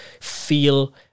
feel